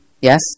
Yes